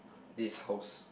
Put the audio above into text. this house